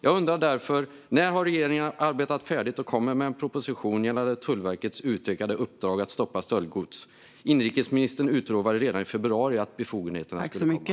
Jag undrar därför: När har regeringen arbetat färdigt, och när kommer man med en proposition gällande Tullverkets utökade uppdrag att stoppa stöldgods? Inrikesministern utlovade redan i februari att befogenheterna skulle komma.